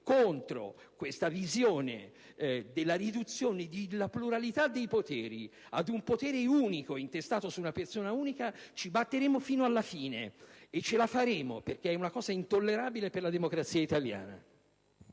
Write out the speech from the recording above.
contro tale visione della riduzione della pluralità dei poteri ad un potere unico intestato ad una persona unica, noi ci batteremo fino all'ultimo. E ce la faremo, perché è un qualcosa di intollerabile per la democrazia italiana.